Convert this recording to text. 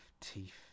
teeth